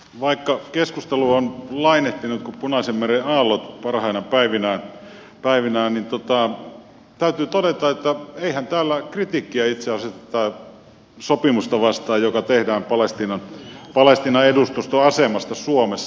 vaikka keskustelu on lainehtinut kuin punaisenmeren aallot parhaina päivinään niin täytyy todeta että eihän täällä kritiikkiä itse asiassa esitetä sopimusta vastaan joka tehdään palestiinan edustuston asemasta suomessa